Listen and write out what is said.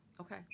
okay